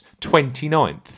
29th